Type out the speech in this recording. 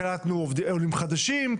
קלטנו עולים חדשים,